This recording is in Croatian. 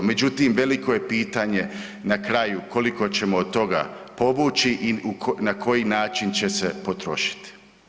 Međutim, veliko je pitanje na kraju koliko ćemo od toga povući i na koji način će se potrošiti.